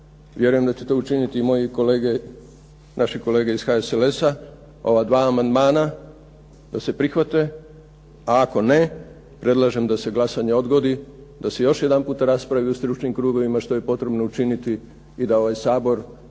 vjerujem da će to učiniti i moji kolege, naši kolege iz HSLS-a ova 2 amandmana da se prihvate, a ako ne predlažem da se glasanje odgodi, da se još jedanput raspravi u stručnim krugovima što je potrebno učiniti i da ovaj Sabor konačno